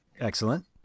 Excellent